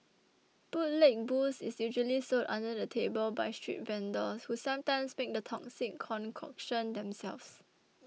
bootleg booze is usually sold under the table by street vendors who sometimes make the toxic concoction themselves